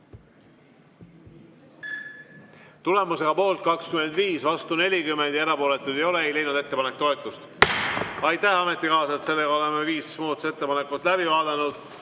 Tulemusega poolt 25, vastu 40 ja erapooletuid ei ole, ei leidnud ettepanek toetust. Aitäh, ametikaaslased! Oleme viis muudatusettepanekut läbi vaadanud.